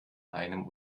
einem